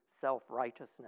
self-righteousness